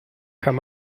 kann